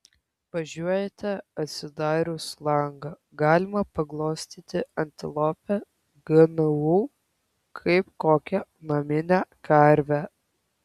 važiuojate atsidarius langą galima paglostyti antilopę gnu kaip kokią naminę karvę